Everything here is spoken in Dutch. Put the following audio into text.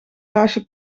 glaasje